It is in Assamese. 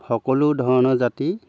সকলো ধৰণৰ জাতি